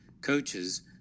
coaches